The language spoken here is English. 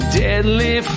deadly